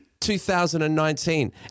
2019